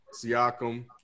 Siakam